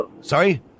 Sorry